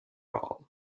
all